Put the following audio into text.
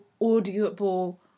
audible